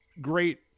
great